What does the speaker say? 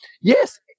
yes